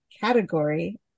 category